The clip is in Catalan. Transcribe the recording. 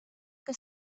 que